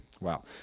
Wow